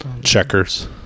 Checkers